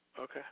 Okay